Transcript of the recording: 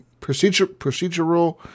procedural